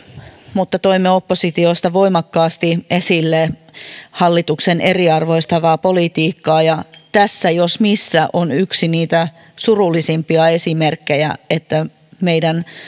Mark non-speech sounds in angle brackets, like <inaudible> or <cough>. mutta toimme oppositiosta voimakkaasti esille <unintelligible> <unintelligible> <unintelligible> <unintelligible> <unintelligible> <unintelligible> <unintelligible> <unintelligible> <unintelligible> hallituksen eriarvoistavaa politiikkaa ja tässä jos missä on yksi niitä surullisimpia esimerkkejä siitä että meidän